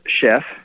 chef